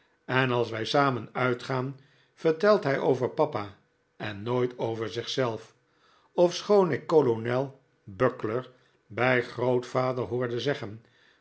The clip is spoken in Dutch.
en als wij samen uitgaan vertelt hij over papa en nooit over zichzelf ofschoon ik kolonel buckler bij grootvader hoorde zeggen